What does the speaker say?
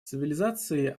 цивилизации